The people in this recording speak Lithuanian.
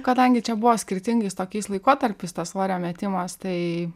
kadangi čia buvo skirtingais tokiais laikotarpiais tas svorio metimas tai